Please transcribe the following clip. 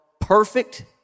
perfect